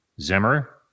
Zimmer